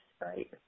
Right